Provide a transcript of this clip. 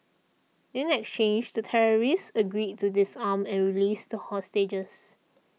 in exchange the terrorists agreed to disarm and released the hostages